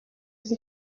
izi